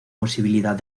posibilidad